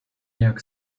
jak